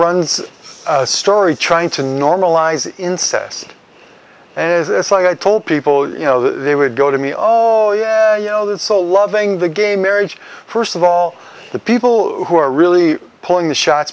runs a story trying to normalize incest and it's like i told people you know they would go to me oh yeah you know that so loving the gay marriage first of all the people who are really pulling the shot